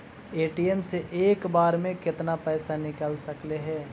ATM से एक बार मे केतना पैसा निकल सकले हे?